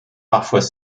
parfois